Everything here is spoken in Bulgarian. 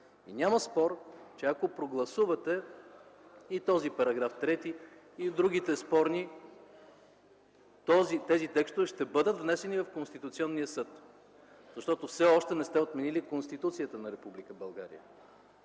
Няма спор, че ако прегласувате и този § 3, и другите спорни тези текстове ще бъдат внесени в Конституционния съд, защото все още не сте отменили Конституцията на